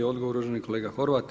Odgovor uvaženi kolega Horvat.